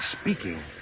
speaking